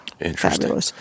Interesting